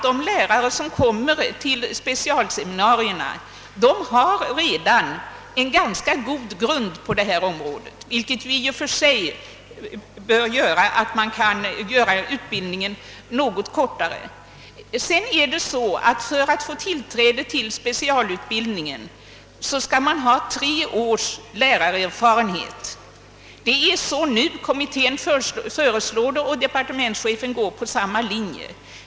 De lärare som kommer till specialseminarierna bör därför redan ha en ganska god grund på området, vilket i och för sig bör möjliggöra en något kortare utbildning. För att få tillträde till specialutbildningen skall man ha tre års lärarerfarenhet. Det föreslår kommittén, och departementschefen har gått på samma linje.